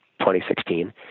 2016